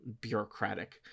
bureaucratic